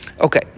Okay